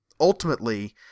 ultimately